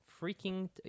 freaking